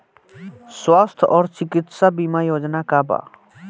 स्वस्थ और चिकित्सा बीमा योजना का बा?